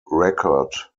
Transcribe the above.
record